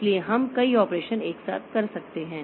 इसलिए हम कई ऑपरेशन एक साथ कर सकते हैं